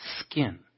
skin